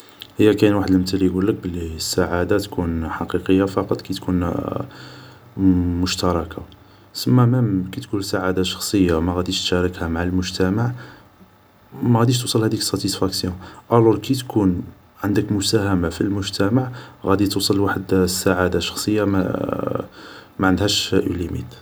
هي كاين واحد المتل يڨولك بلي السعادة تكون حقيقية فقط كي تكون مشتركة سما مام كي تكون سعادة شخصية ماغاديش تشاركها مع المجتمع ماغاديش توصل لهاديك ستيسفاكسيون ألور كي تكون عندك مساهمة في المجتمع غادي توصل لوحد السعادة شخصية معندهاش ليميت